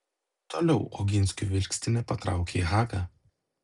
toliau oginskių vilkstinė patraukė į hagą